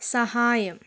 സഹായം